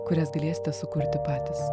kurias galėsite sukurti patys